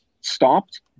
stopped